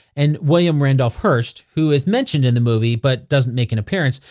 and william randolph hearst, who is mentioned in the movie but doesn't make an appearance,